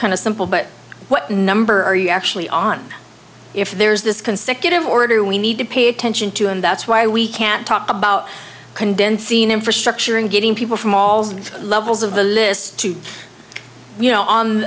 kind of simple but what number are you actually on if there's this consecutive order we need to pay attention to and that's why we can't talk about condensing infrastructure and getting people from all levels of the list to you know on